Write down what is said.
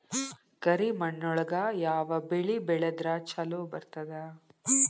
ಕರಿಮಣ್ಣೊಳಗ ಯಾವ ಬೆಳಿ ಬೆಳದ್ರ ಛಲೋ ಬರ್ತದ?